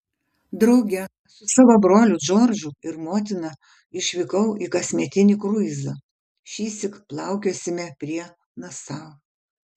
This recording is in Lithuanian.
drauge su savo broliu džordžu ir motina išvykau į kasmetinį kruizą šįsyk plaukiosime prie nasau